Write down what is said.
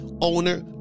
owner